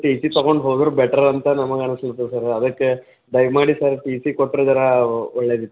T C ತಗೊಂಡು ಹೋದ್ರೆ better ಅಂತ ನಮಗೆ ಅನ್ನಿಸುತ್ತೆ ಸರ್ ಅದಕ್ಕೆ ದಯಮಾಡಿ ಸರ್ ಟಿ ಸಿ ಕೊಟ್ಟರೆ ಝರಾ ಒಳ್ಳೇದಿತ್ತು